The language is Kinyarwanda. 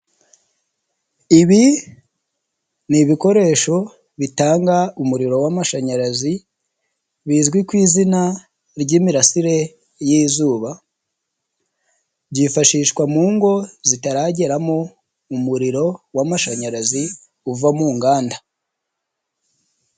Ibi ni ibikoresho bitanga umuriro w'amashanyarazi, bizwi ku izina ry'imirasire y'izuba, byifashishwa mu ngo zitarageramo umuriro w'amashanyarazi uva mu nganda.